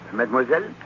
Mademoiselle